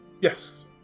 Yes